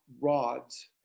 rods